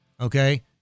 Okay